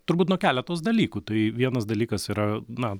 turbūt nuo keletos dalykų tai vienas dalykas yra na